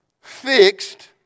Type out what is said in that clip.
fixed